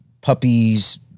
Puppies